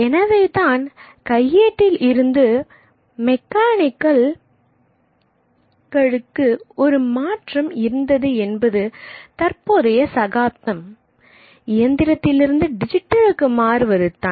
எனவேதான் கையேட்டில் இருந்து மெக்கானிக்களுக்கு ஒரு மாற்றம் இருந்தது என்பது தற்போதைய சகாப்தம் இயந்திரத்திலிருந்து டிஜிட்டலுக்கு மாறுவதுதான்